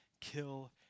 kill